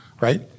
Right